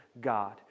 God